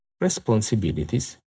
responsibilities